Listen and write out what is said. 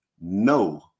no